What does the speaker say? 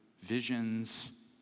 visions